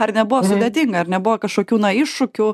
ar nebuvo sudėtinga ar nebuvo kažkokių na iššūkių